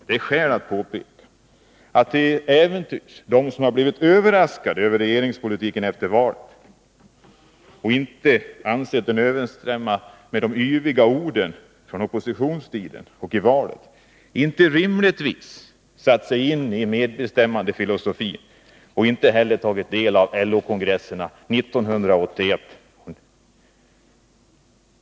Det är skäl att påpeka att de som nu till äventyrs har blivit överraskade av regeringspolitiken efter valet och inte ansett den överensstämma med de yviga orden från oppositionstiden och under valrörelsen inte rimligtvis kan ha satt sig in i medbestämmandefilosofin och inte heller tagit del av besluten på LO och SAP-kongresserna 1981.